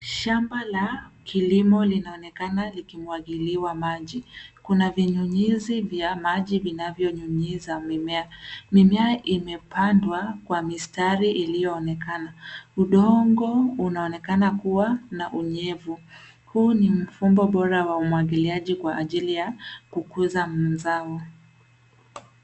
Shamba la kilimo linaonekana likimwagiliwa maji. Kuna vinyunyizi vya maji vinayonyunyuza mimea. Mimea imepandwa kwa mistari iliyoonekana. Udongo unaonekana kuwa na unyevu. Huu ni mfumo bora wa umwagiliaji kwa ajili ya kukuza mzao.